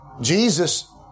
Jesus